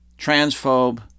transphobe